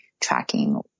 tracking